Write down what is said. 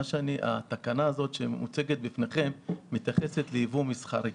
התקנה שמוצגת בפניכם מתייחסת לייבוא מסחרי.